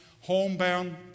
homebound